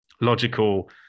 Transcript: logical